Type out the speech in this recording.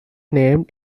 named